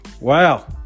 wow